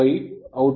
ಅನ್ನು ಪಡೆದಿದ್ದೇವೆ